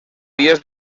vies